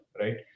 right